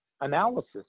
analysis